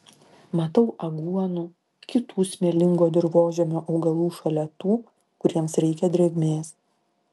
matau aguonų kitų smėlingo dirvožemio augalų šalia tų kuriems reikia drėgmės